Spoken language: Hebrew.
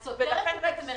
להיפך, את סותרת את עצמך.